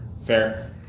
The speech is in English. Fair